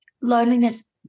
Loneliness